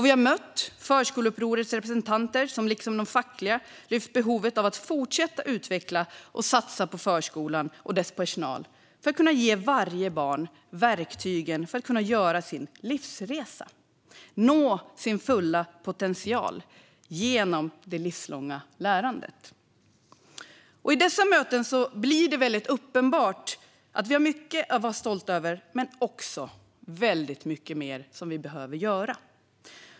Vi har mött förskoleupprorets representanter som liksom de fackliga lyft behovet av att fortsätta utveckla och satsa på förskolan och dess personal för att man ska kunna ge varje barn verktyg att göra sin livsresa och nå sin fulla potential genom det livslånga lärandet. I dessa möten blir det uppenbart att vi har mycket att vara stolta över men också att vi behöver göra väldigt mycket mer.